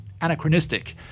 anachronistic